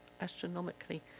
astronomically